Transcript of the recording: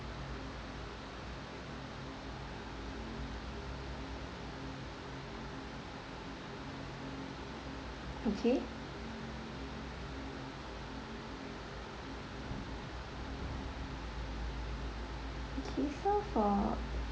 okay okay so for